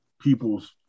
people's